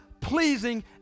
pleasing